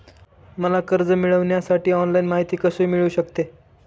मला कर्ज मिळविण्यासाठी ऑनलाइन माहिती कशी मिळू शकते?